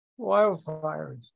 wildfires